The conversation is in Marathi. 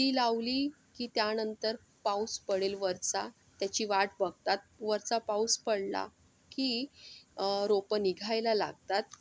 ती लावली की त्यानंतर पाऊस पडेल वरचा त्याची वाट बघतात वरचा पाऊस पडला की रोपं निघायला लागतात